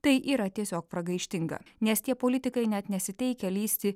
tai yra tiesiog pragaištinga nes tie politikai net nesiteikia lįsti